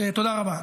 תודה רבה.